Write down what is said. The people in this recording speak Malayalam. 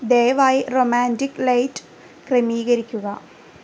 ദയവായി റൊമാൻറ്റിക് ലൈറ്റ് ക്രമീകരിക്കുക